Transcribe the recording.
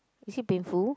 is it painful